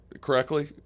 correctly